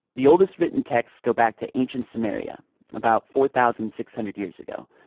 the oldest written text go back to ancient sumeria about four thousand six hundred years ago.